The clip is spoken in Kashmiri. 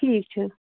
ٹھیٖک چھُ